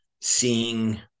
seeing